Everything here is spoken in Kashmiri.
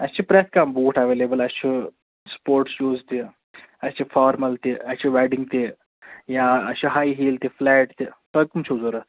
اَسہِ چھِ پرٛتھ کانٛہہ بوٗٹ ایٚویلیبٕل اَسہِ چھُ سُپورٹٕس شوٗز تہِ اَسہِ چھُ فارمَل تہِ اَسہِ چھُ ویٚڈِنٛگ تہِ یا اَسہِ چھِ ہاے ہیٖل تہِ فُلیٹ تہِ تۅہہِ کٕم چھُو ضروٗرت